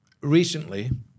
Recently